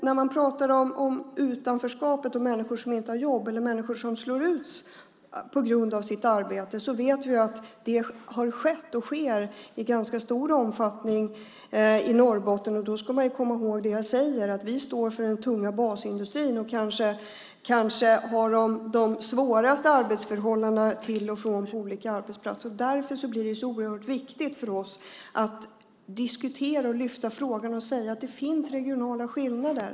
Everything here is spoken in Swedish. När man pratar om utanförskapet och människor som inte har jobb eller människor som slås ut på grund av sitt arbete vet vi att det har skett och sker i ganska stor omfattning i Norrbotten. Man ska komma ihåg det jag säger: Vi i Norrbotten står för den tunga basindustrin, och vi har de kanske svåraste arbetsförhållandena till och från på olika arbetsplatser. Därför blir det så oerhört viktigt för oss att diskutera och lyfta fram frågan och säga att det finns regionala skillnader.